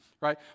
right